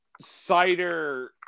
Cider